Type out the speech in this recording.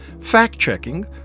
Fact-checking